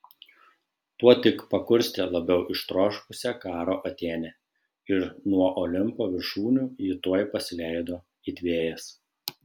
tuo tik pakurstė labiau ištroškusią karo atėnę ir nuo olimpo viršūnių ji tuoj pasileido it vėjas